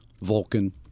Vulcan